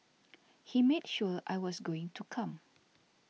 he made sure I was going to come